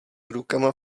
rukama